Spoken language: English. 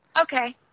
Okay